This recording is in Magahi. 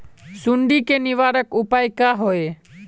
सुंडी के निवारक उपाय का होए?